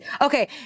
Okay